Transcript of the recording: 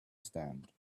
stand